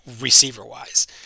receiver-wise